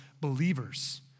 believers